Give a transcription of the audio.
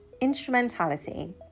Instrumentality